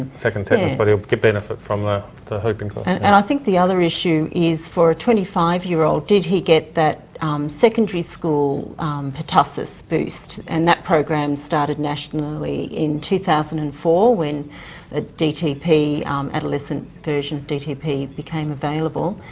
second tetanus, but he'll benefit from the whooping cough. and and i think the other issue is for a twenty five year old, did he get that secondary school pertussis boost? and that program started nationally in two thousand and four when ah dtp adolescent version of dtp became available.